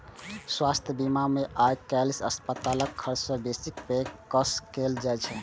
स्वास्थ्य बीमा मे आइकाल्हि अस्पतालक खर्च सं बेसी के पेशकश कैल जाइ छै